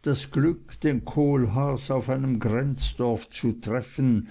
das glück den kohlhaas auf einem grenzdorf zu treffen